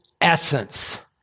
essence